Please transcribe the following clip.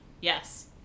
Yes